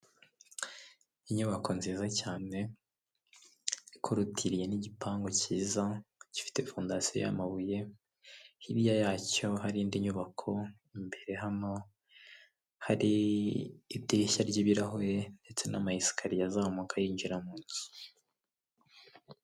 Inyubako nziza cyane ikorotiriye n'igipangu cyiza gifite fondasiyo y'amabuye hirya yacyo hari indi nyubako imbere hano hari idirishya ry'ibirahure ndetse n'ama esikariye azamuka yinjira mu nzu.